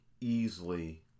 easily